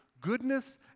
goodness